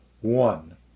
One